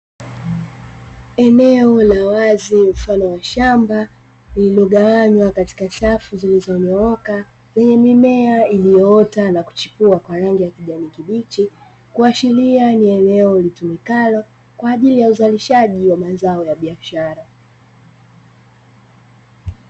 Eneo la wazi mfano wa shamba lililo gawanywa katika safu zilizonyooka lenye mimea iliyoota na kuchipua kwa rangi ya kijani kibichi, kuashiria ni eneo litumikalo kwa ajili ya uzalishaji wa mazao ya biashara.